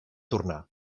tornar